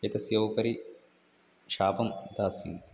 एतस्य उपरि शापम् आसीत्